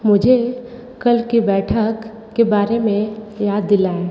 मुझे कल की बैठक के बारे में याद दिलाएँ